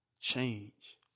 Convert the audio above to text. change